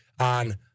on